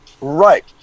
right